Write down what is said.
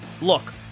Look